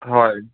হয়